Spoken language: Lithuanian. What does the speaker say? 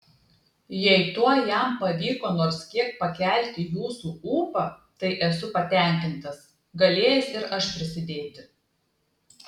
jei tuo jam pavyko nors kiek pakelti jūsų ūpą tai esu patenkintas galėjęs ir aš prisidėti